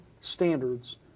standards